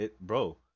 Bro